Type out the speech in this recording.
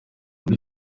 muri